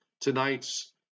tonight's